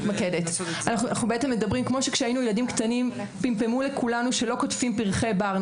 כמו כשהיינו ילדים קטנים פמפמו לכולנו שלא קוטפים פרחי בר,